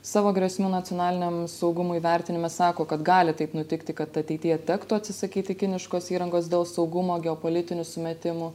savo grėsmių nacionaliniam saugumui vertinime sako kad gali taip nutikti kad ateityje tektų atsisakyti kiniškos įrangos dėl saugumo geopolitinių sumetimų